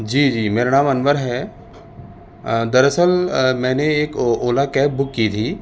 جی جی میرا نام انور ہے دراصل میں نے ایک اولا کیب بک کی تھی